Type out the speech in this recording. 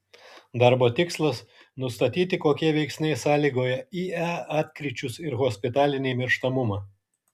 darbo tikslas nustatyti kokie veiksniai sąlygoja ie atkryčius ir hospitalinį mirštamumą